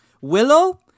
Willow